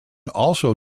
also